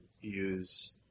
use